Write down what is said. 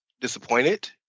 disappointed